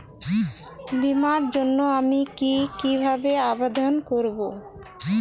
বিমার জন্য আমি কি কিভাবে আবেদন করব?